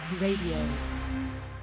Radio